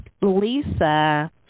Lisa